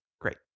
great